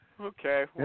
Okay